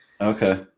Okay